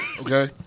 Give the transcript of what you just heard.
okay